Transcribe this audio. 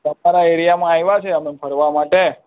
તમારા એરિયામાં આવ્યા છીએ અમે ફરવા માટે